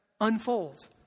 unfolds